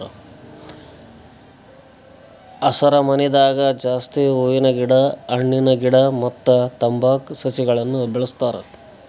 ಹಸರಮನಿದಾಗ ಜಾಸ್ತಿ ಹೂವಿನ ಗಿಡ ಹಣ್ಣಿನ ಗಿಡ ಮತ್ತ್ ತಂಬಾಕ್ ಸಸಿಗಳನ್ನ್ ಬೆಳಸ್ತಾರ್